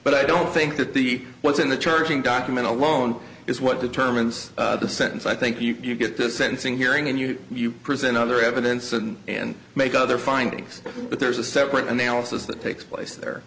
but i don't think that the ones in the charging document alone is what determines the sentence i think you get the sentencing hearing and you you present other evidence and make other findings but there's a separate and they also that takes place there